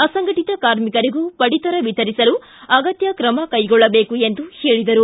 ಅಸಂಘಟಿತ ಕಾರ್ಮಿಕರಿಗೂ ಪಡಿತರ ವಿತರಿಸಲು ಅಗತ್ತ ಕ್ರಮ ಕೈಗೊಳ್ಳಬೇಕು ಎಂದು ಅವರು ಹೇಳಿದರು